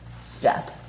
step